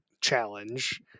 challenge